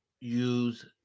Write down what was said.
use